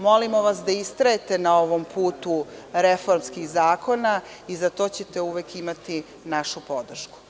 Molimo vas da istrajete na ovom putu reformskih zakona i za to ćete uvek imati našu podršku.